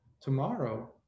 Tomorrow